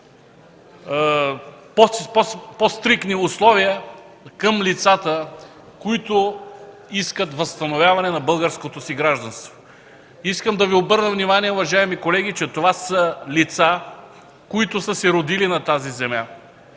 по-стриктни условия към лицата, които искат възстановяване на българското си гражданство. Искам да Ви обърна внимание, уважаеми колеги, че това са лица, които са се родили на тази земя,